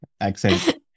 accent